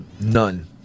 None